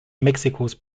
mexikos